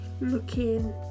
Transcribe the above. looking